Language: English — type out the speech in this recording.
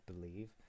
believe